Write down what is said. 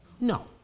No